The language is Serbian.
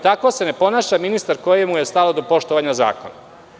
Tako se ne ponaša ministar kome je stalo do poštovanja zakona.